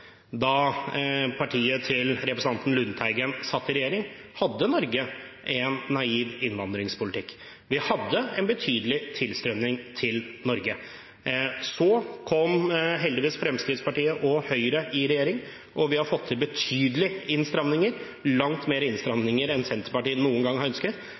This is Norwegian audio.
Da partiet til representanten Lundteigen satt i regjering, hadde Norge en naiv innvandringspolitikk. Vi hadde en betydelig tilstrømning til Norge. Så kom heldigvis Fremskrittspartiet og Høyre i regjering, og vi har fått til betydelige innstramninger, langt flere innstramninger enn Senterpartiet noen gang har ønsket.